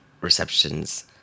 receptions